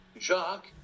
Jacques